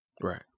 Right